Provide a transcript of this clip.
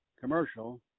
commercial